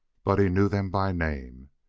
but he knew them by name,